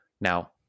Now